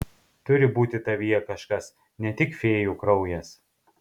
turi būti tavyje kažkas ne tik fėjų kraujas